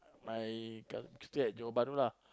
my cousin stay at Johor-Bahru lah